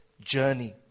journey